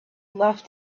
love